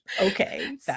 okay